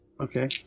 Okay